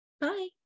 bye